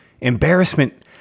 Embarrassment